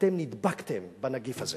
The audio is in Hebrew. אתם נדבקתם בנגיף הזה.